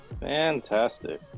Fantastic